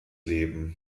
leben